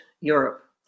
Europe